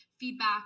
feedback